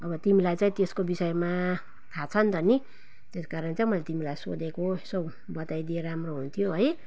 अब तिमीलाई चाहिँ त्यसको विषयमा थाहा छ नि त नि त्यसै कारणले चाहिँ मैले तिमीलाई सोधेको यसो बताइदिए राम्रो हुन्थ्यो है